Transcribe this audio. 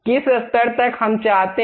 किस स्तर तक हम चाहते हैं